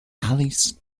alice